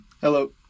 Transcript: Hello